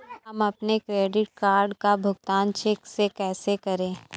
हम अपने credit card का भुगतान चेक से कैसे करें?